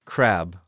Crab